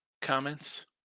Comments